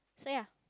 so ya